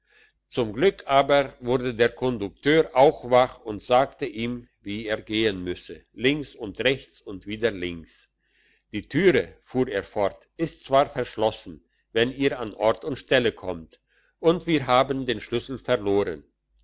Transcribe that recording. zum glück aber wurde der kondukteur auch wach und sagte ihm wie er gehen müsse links und rechts und wieder links die türe fuhr er fort ist zwar verschlossen wenn ihr an ort und stelle kommt und wir haben den schlüssel verloren